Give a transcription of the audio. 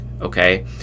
okay